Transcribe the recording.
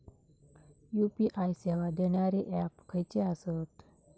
UPI सेवा देणारे app खयचे आसत?